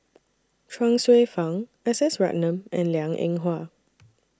Chuang Hsueh Fang S S Ratnam and Liang Eng Hwa